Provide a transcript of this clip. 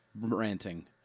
Ranting